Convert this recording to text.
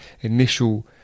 initial